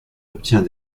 obtient